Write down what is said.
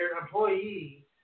employee